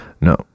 No